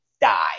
die